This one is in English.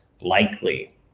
likely